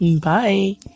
Bye